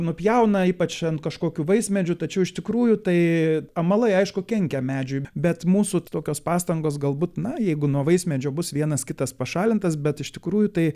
nupjauna ypač ant kažkokių vaismedžių tačiau iš tikrųjų tai amalai aišku kenkia medžiui bet mūsų tokios pastangos galbūt na jeigu nuo vaismedžio bus vienas kitas pašalintas bet iš tikrųjų tai